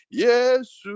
yes